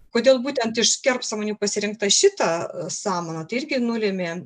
kodėl būtent iš kerpsamanių pasirinkta šita samana tai irgi nulėmė